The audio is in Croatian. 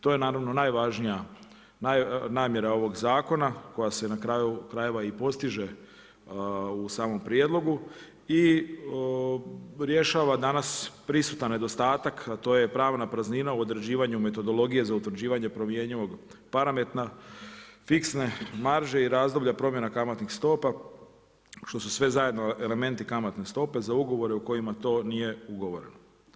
To je naravno najvažnija namjera ovog zakona koja se na kraju krajeva i postiže u samom prijedlogu i rješava danas prisutan nedostatak, a to je pravna praznina u određivanju metodologije za utvrđivanje promjenjivog parametra, fiksne marže i razdoblja promjena kamatnih stopa što su sve zajedno elementi kamatne stope za ugovore u kojima to nije ugovoreno.